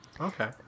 Okay